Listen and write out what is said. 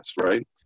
right